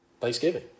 Thanksgiving